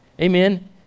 Amen